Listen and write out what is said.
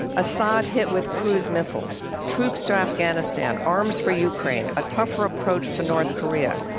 assad hit with cruise missiles, troops to afghanistan, arms for ukraine, a tougher approach to north korea,